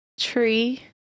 Tree